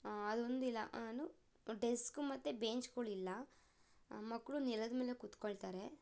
ಅದೊಂದು ಇಲ್ಲ ನು ಡೆಸ್ಕು ಮತ್ತು ಬೆಂಚ್ಗಳಿಲ್ಲ ಮಕ್ಕಳು ನೆಲದಮೇಲೆ ಕುತ್ಕೋಳ್ತಾರೆ